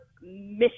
mission